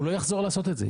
הוא לא יחזור לעשות את זה,